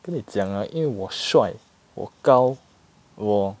跟你讲了因为我帅我高我